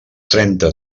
trenta